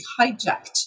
hijacked